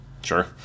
Sure